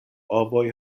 ovoj